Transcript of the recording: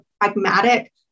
pragmatic